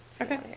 Okay